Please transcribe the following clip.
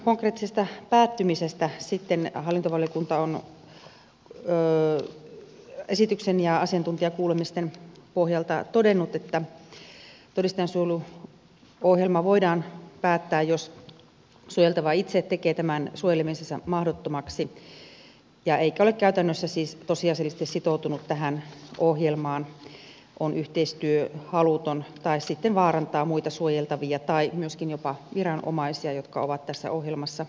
todistajansuojeluohjelman konkreettisesta päättymisestä ja siten että hallitus oli hallintovaliokunta on esityksen ja asiantuntijakuulemisten pohjalta todennut että todistajansuojeluohjelma voidaan päättää jos suojeltava itse tekee suojelemisensa mahdottomaksi eikä siis käytännössä ole tosiasiallisesti sitoutunut ohjelmaan on yhteistyöhaluton tai vaarantaa muita suojeltavia tai myöskin jopa viranomaisia jotka ovat ohjelmassa mukana